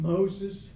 Moses